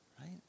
right